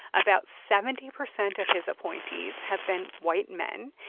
about seventy percent of his appointees have been white men.